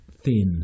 thin